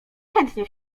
chętnie